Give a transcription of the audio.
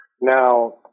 Now